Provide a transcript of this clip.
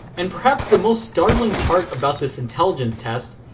and perhaps the most startling part about this intelligence test,